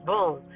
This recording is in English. Boom